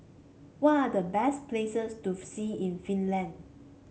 what are the best places to see in Finland